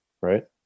right